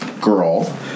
girl